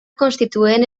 constituent